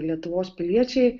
lietuvos piliečiai